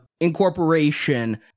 incorporation